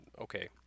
okay